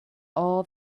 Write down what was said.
all